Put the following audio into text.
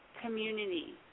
community